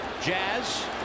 Jazz